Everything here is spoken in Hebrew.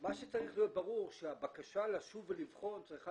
אבל צריך להיות ברור שהבקשה לשוב ולבחון צריכה